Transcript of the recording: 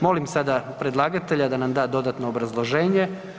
Molim sada predlagatelja da nam da dodatno obrazloženje.